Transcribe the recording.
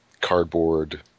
cardboard